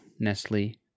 Nestle